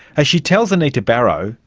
as she tells anita barraud,